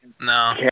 No